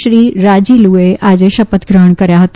શ્રી રાજીલુએ આજે શપથ ગ્રહણ કર્યા હતા